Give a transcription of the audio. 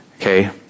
Okay